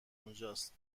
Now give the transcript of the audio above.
اونجاست